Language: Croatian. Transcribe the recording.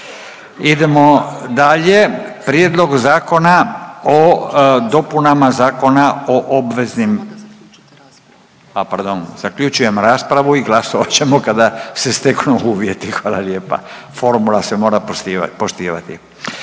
Idemo dalje, Prijedlog zakona o dopunama Zakona o obveznim, a pardon, zaključujem raspravu i glasovat ćemo kada se steknu uvjeti. Hvala lijepa formula se mora poštivati.